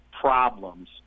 problems